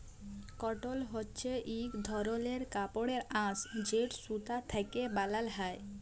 কটল হছে ইক ধরলের কাপড়ের আঁশ যেট সুতা থ্যাকে বালাল হ্যয়